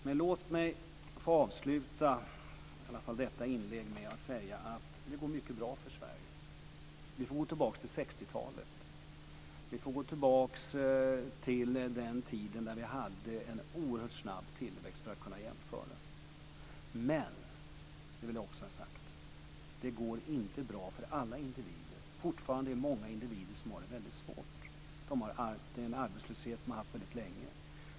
Men låt mig få avsluta i alla fall detta inlägg med att säga att det går mycket bra för Sverige. Vi får gå tillbaka till 60-talet och till den tid då vi hade en oerhört snabb tillväxt för att kunna jämföra. Men, och det vill jag också ha sagt, det går inte bra för alla individer. Det är fortfarande många individer som har det väldigt svårt. Det är en arbetslöshet man har haft väldigt länge.